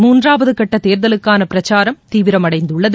மூன்றாவது கட்ட தேர்தலுக்கான பிரச்சாரம் தீவிரமடைந்துள்ளது